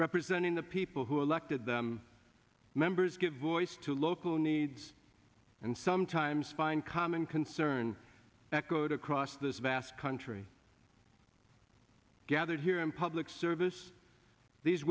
representing the people who elected them members give voice to local needs and sometimes find common concern that vote across this vast country gathered here in public service these